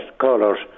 colours